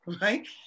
right